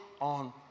on